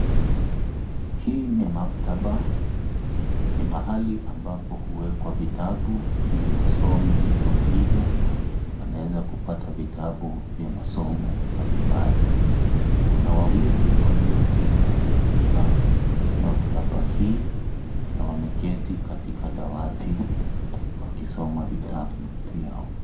Hii ni maktaba, ni mahali ambapo huwekwa vitabu, ili wasome wakija, wanaweza kupata vitabu vya masomo mbalimbali. Kuna wawili, waliofika katika maktaba hii, na wameketi katika dawati wakisoma vitabu vyao.